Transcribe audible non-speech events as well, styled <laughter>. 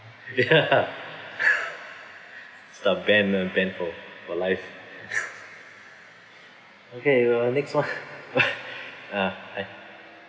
ya <laughs> start ban ah ban for for life <laughs> okay uh next [one] <laughs> ah I